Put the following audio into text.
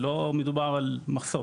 לא מדובר על מחסור.